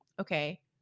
okay